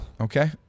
Okay